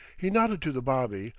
he nodded to the bobby,